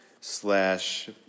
slash